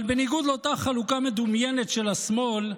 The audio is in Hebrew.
אבל בניגוד לאותה חלוקה מדומיינת של השמאל,